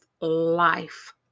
life